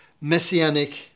messianic